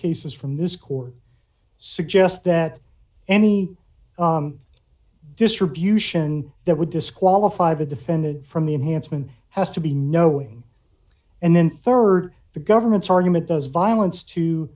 cases from this court suggest that any distribution that would disqualify the defendant from the enhancement has to be knowing and then rd the government's argument does violence to